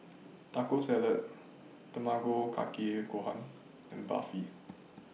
Taco Salad Tamago Kake Gohan and Barfi